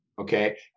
Okay